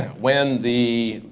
when the,